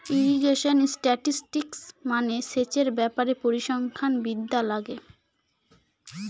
irrigation statistics মানে সেচের ব্যাপারে পরিসংখ্যান বিদ্যা লাগে